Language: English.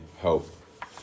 help